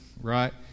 right